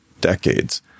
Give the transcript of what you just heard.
decades